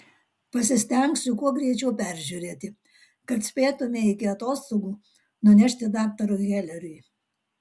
pasistengsiu kuo greičiau peržiūrėti kad spėtumei iki atostogų nunešti daktarui heleriui